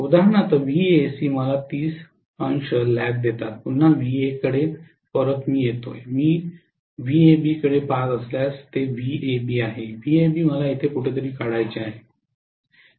उदाहरणार्थ व्हीएसी मला 300 ल्याग देताना पुन्हा व्हीएकडे परत येते मी व्हीएबीकडे पहात असल्यास हे व्हीएबी आहे व्हीएबी मला येथे कुठेतरी काढायचे आहे